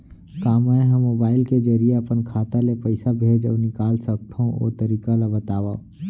का मै ह मोबाइल के जरिए अपन खाता ले पइसा भेज अऊ निकाल सकथों, ओ तरीका ला बतावव?